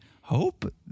hope